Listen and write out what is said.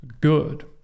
good